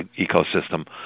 ecosystem